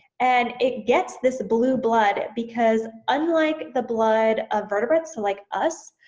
and it gets this blue blood because unlike the blood of vertebrates, so like us,